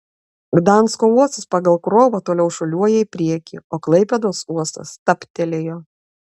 gdansko uostas pagal krovą toliau šuoliuoja į priekį o klaipėdos uostas stabtelėjo